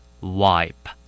Wipe